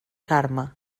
carme